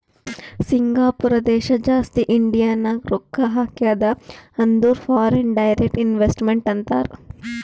Singapore ದೇಶ ಜಾಸ್ತಿ ಇಂಡಿಯಾನಾಗ್ ರೊಕ್ಕಾ ಹಾಕ್ಯಾದ ಅಂದುರ್ ಫಾರಿನ್ ಡೈರೆಕ್ಟ್ ಇನ್ವೆಸ್ಟ್ಮೆಂಟ್ ಅಂತಾರ್